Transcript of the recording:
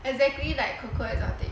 exactly like coco exotic